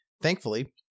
Thankfully